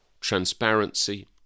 transparency